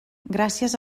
gràcies